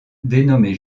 dénommée